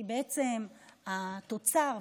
כי התוצר,